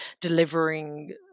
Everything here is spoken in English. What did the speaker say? delivering